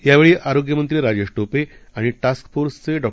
यावेळी आरोग्यमंत्री राजेश टोपे आणि टास्क फोर्सचे डॉ